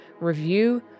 review